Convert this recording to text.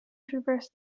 traverse